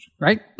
right